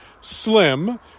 Slim